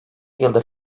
yıldır